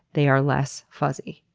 they are less fuzzy,